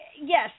yes